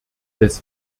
des